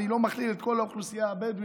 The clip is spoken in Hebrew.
אני לא מכליל את כל האוכלוסייה הבדואית,